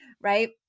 right